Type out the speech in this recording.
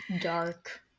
Dark